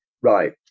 Right